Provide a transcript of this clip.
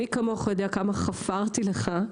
מי כמוך יודע כמה חפרתי לך.